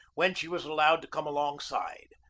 when she was allowed to come alongside.